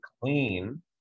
clean